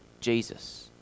Jesus